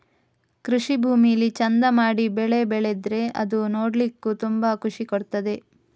ಕೃಷಿ ಭೂಮಿಲಿ ಚಂದ ಮಾಡಿ ಬೆಳೆ ಬೆಳೆದ್ರೆ ಅದು ನೋಡ್ಲಿಕ್ಕೂ ತುಂಬಾ ಖುಷಿ ಕೊಡ್ತದೆ